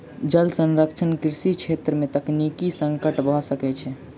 जल संरक्षण कृषि छेत्र में तकनीकी संकट भ सकै छै